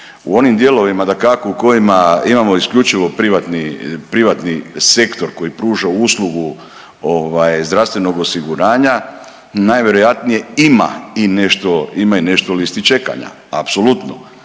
U onim dijelovima dakako u kojima imamo isključivo privatni, privatni sektor koji pruža uslugu ovaj zdravstvenog osiguranja najvjerojatnije ima i nešto, ima i nešto listi čekanja apsolutno,